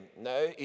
No